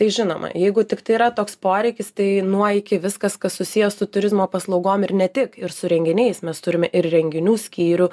tai žinoma jeigu tiktai yra toks poreikis tai nuo iki viskas kas susiję su turizmo paslaugom ir ne tik ir su renginiais mes turime ir renginių skyrių